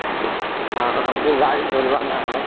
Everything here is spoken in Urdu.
ہاں ہم کو گاڑی دھلوانا ہے